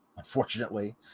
Unfortunately